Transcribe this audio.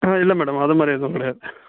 ஆ இல்லை மேடம் அது மாதிரி எதுவும் கிடையாது